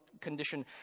condition